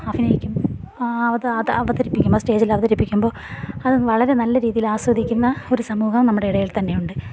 അഭിനയിക്കും അത് അവതരിപ്പിക്കുമ്പോൾ സ്റ്റേജിൽ അവതരിപ്പിക്കുമ്പോൾ അത് വളരെ നല്ലരീതിയിൽ ആസ്വദിക്കുന്ന ഒരു സമൂഹം നമ്മുടെയിടയിൽത്തന്നെയുണ്ട്